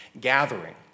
gathering